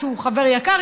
שהוא חבר יקר,